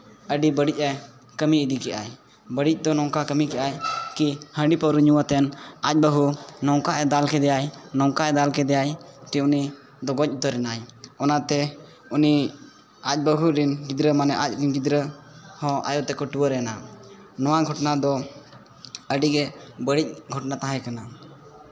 ᱟᱹᱰᱤ ᱵᱟᱹᱲᱤᱡᱽᱼᱮ ᱠᱟᱹᱢᱤ ᱤᱫᱤ ᱠᱮᱫᱼᱟ ᱵᱟᱹᱲᱤᱡᱽ ᱫᱚ ᱱᱚᱝᱠᱟ ᱠᱟᱹᱢᱤ ᱠᱮᱫᱼᱟᱭ ᱠᱤ ᱦᱟᱺᱰᱤ ᱯᱟᱹᱣᱨᱟᱹ ᱧᱩ ᱠᱟᱛᱮᱫ ᱟᱡᱽ ᱵᱟᱹᱦᱩ ᱱᱚᱝᱠᱟᱼᱮ ᱫᱟᱞ ᱠᱮᱫᱮᱭᱟᱭ ᱱᱚᱝᱠᱟ ᱮᱭ ᱫᱟᱞ ᱠᱮᱫᱮᱭᱟ ᱡᱮ ᱩᱱᱤ ᱫᱚᱭ ᱜᱚᱡᱽ ᱩᱛᱟᱹᱨᱮᱱᱟᱭ ᱚᱱᱟᱛᱮ ᱩᱱᱤ ᱟᱡᱽ ᱵᱟᱹᱦᱩ ᱨᱮᱱ ᱜᱤᱫᱽᱨᱟᱹ ᱢᱟᱱᱮ ᱟᱡᱽ ᱨᱮᱱ ᱜᱤᱫᱽᱨᱟᱹ ᱦᱚᱸ ᱟᱭᱚ ᱛᱮᱠᱚ ᱴᱩᱣᱟᱹᱨᱮᱱᱟ ᱱᱚᱣᱟ ᱜᱷᱚᱴᱚᱱᱟ ᱫᱚ ᱟᱹᱰᱤ ᱜᱮ ᱵᱟᱹᱲᱤᱡᱽ ᱜᱷᱚᱴᱚᱱᱟ ᱛᱟᱦᱮᱸᱠᱟᱱᱟ